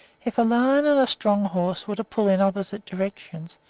if a lion and a strong horse were to pull in opposite directions,